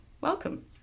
welcome